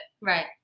Right